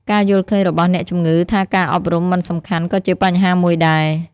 ការយល់ឃើញរបស់អ្នកជំងឺថាការអប់រំមិនសំខាន់ក៏ជាបញ្ហាមួយដែរ។